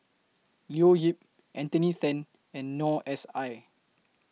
Leo Yip Anthony Then and Noor S I